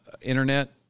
internet